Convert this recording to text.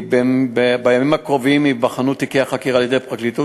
בימים הקרובים ייבחנו תיקי החקירה על-ידי פרקליטות